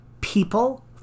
people